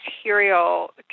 material